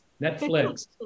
Netflix